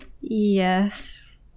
Yes